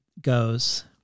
goes